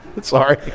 Sorry